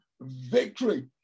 victory